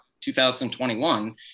2021